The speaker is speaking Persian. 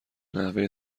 نحوه